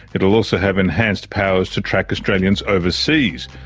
it also have enhanced powers to track australians overseas.